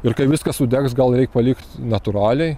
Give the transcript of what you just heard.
ir kai viskas sudegs gal reik palikt natūraliai